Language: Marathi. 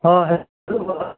हां हॅलो बोला